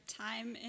time